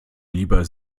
lieber